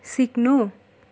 सिक्नु